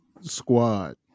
squad